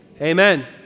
Amen